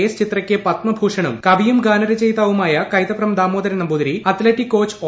S ചിത്രയ്ക്ക് പത്മഭൂഷണും കവിയും ഗാനരചയിതാവുമായ Kaithapram Damodaran Namboothiri athletic coach O